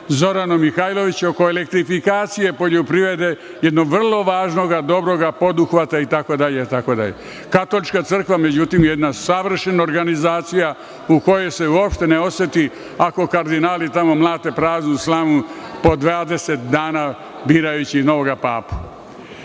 Zoranom Mihajlović oko elektrifikacije poljoprivrede, jednog vrlo važnog poduhvata itd. Katolička crkva, međutim, je jedna savršena organizacija u kojoj se uopšte ne oseti ako kardinali tamo mlate praznu slamu po 20 dana birajući novog